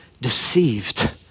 deceived